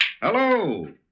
Hello